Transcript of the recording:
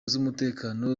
z’umutekano